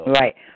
Right